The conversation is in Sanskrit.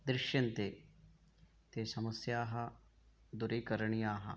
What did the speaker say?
दृश्यन्ते ते समस्याः दूरीकरणीयाः